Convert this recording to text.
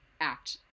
act